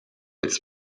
its